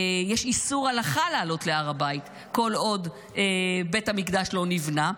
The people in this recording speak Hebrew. יש איסור הלכה לעלות להר הבית כל עוד בית המקדש לא נבנה,